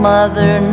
Mother